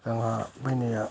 जोंहा बैनाया